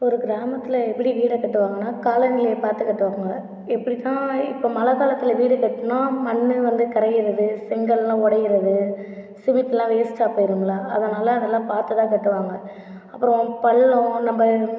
ஒரு கிராமத்தில் எப்படி வீடை கட்டுவாங்கன்னால் காலநிலையை பார்த்துக் கட்டுவாங்கள் எப்படின்னா இப்போ மழைக் காலத்தில் வீடு கட்டுனால் மண்ணு வந்து கரையிறது செங்கல்லாம் உடைகிறது சிமெண்ட்லாம் வேஸ்ட்டாக போயிருமுல்ல அதனால் அதெல்லாம் பார்த்து தான் கட்டுவாங்கள் அப்புறம் பள்ளம் நம்ம